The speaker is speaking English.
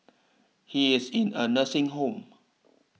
he is in a nursing home